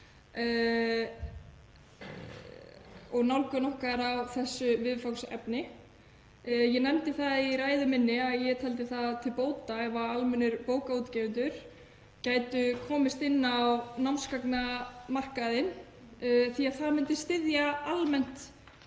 og nálgun okkar á þessu viðfangsefni. Ég nefndi það í ræðu minni að ég teldi til bóta ef almennir bókaútgefendur gætu komist inn á námsgagnamarkaðinn því það myndi styðja almennt